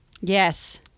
Yes